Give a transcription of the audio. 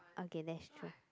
okay that's great